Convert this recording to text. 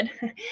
good